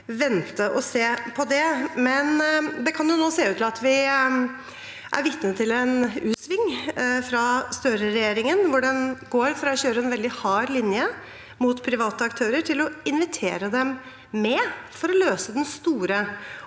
vente og se. Men det kan nå se ut til at vi er vitne til en u-sving fra Støre-regjeringen, hvor den går fra å kjøre en veldig hard linje mot private aktører til å invitere dem med for å løse den store